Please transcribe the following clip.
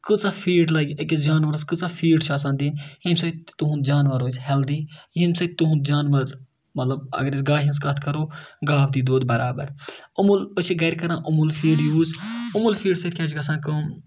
کۭژاہ فیٖڈ لَگہِ أکِس جاناوَارَس کۭژاہ فیٖڈ چھِ آسان دِنۍ ییٚمہِ سۭتۍ تُہُںٛد جاناوار روزِ ہٮ۪لدی ییٚمہِ سۭتۍ تُہُنٛد جاناوَار مطلب اگر أسۍ گاوِ ہِنٛز کَتھ کَرو گاو دی دۄد برابر اوٚموٗل أسۍ چھِ گَرِ کَران اوٚموٗل فیٖڈ یوٗز اوٚموٗل فیٖڈ سۭتۍ کیٛاہ چھِ گژھان کٲم